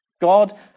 God